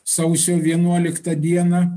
sausio vienuoliktą dieną